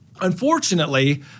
Unfortunately